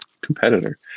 competitor